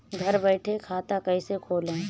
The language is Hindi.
घर बैठे खाता कैसे खोलें?